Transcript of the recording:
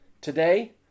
Today